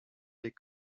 des